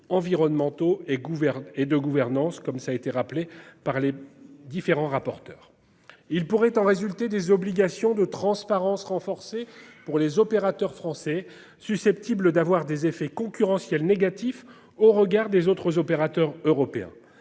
environnementaux et gouverne et de gouvernance, comme ça a été rappelé par les différents rapporteurs. Il pourrait en résulter des obligations de transparence renforcée pour les opérateurs français susceptibles d'avoir des effets concurrentiels négatif au regard des autres opérateurs européens.